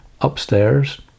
Upstairs